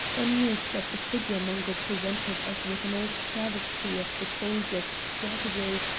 amused at the figure mungo presented as with an odd travesty of the soldier's strategy,